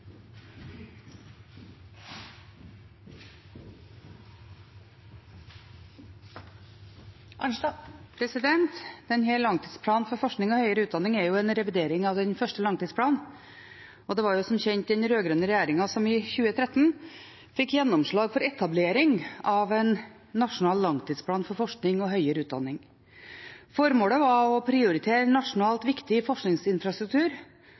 en revidering av den første langtidsplanen. Det var som kjent den rød-grønne regjeringen som i 2013 fikk gjennomslag for etablering av en nasjonal langtidsplan for forskning og høyere utdanning. Formålet var å prioritere nasjonalt viktig forskningsinfrastruktur